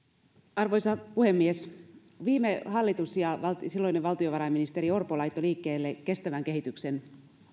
arvoisa puhemies viime hallitus ja silloinen valtiovarainministeri orpo laittoivat liikkeelle kestävän kehityksen